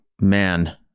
Man